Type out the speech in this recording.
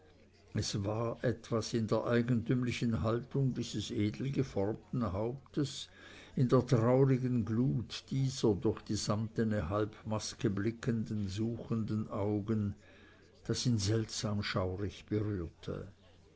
es war etwas in der eigentümlichen haltung dieses edelgeformten hauptes in der traurigen glut dieser durch die samtene halbmaske blickenden suchenden augen das ihn seltsam schaurig berührte